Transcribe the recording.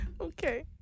Okay